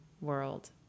world